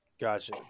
Gotcha